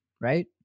right